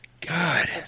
God